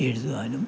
എഴുതുവാനും